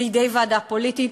בידי ועדה פוליטית.